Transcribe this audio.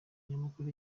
nyamukuru